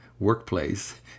workplace